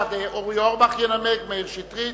מייד ינמקו אורי אורבך ומאיר שטרית,